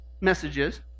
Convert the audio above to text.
messages